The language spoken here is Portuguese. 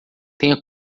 tenha